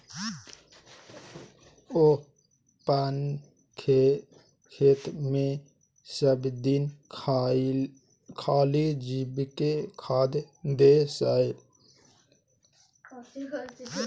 ओ अपन खेतमे सभदिन खाली जैविके खाद दै छै